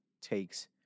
takes